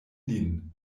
lin